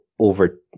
over